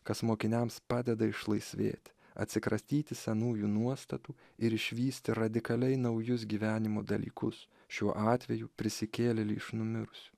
kas mokiniams padeda išlaisvėti atsikratyti senųjų nuostatų ir išvysti radikaliai naujus gyvenimo dalykus šiuo atveju prisikėlėlį iš numirusių